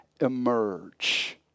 emerge